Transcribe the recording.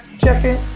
checking